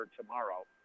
tomorrow